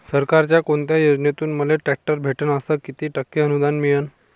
सरकारच्या कोनत्या योजनेतून मले ट्रॅक्टर भेटन अस किती टक्के अनुदान मिळन?